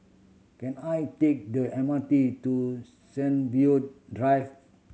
can I take the M R T to Sunview Drive